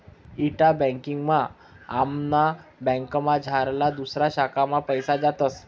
इंटा banking मा आमना बँकमझारला दुसऱा शाखा मा पैसा जातस